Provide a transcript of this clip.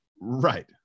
Right